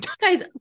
guy's